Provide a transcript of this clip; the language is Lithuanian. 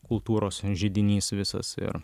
kultūros židinys visas ir